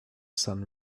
sun